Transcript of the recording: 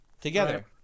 together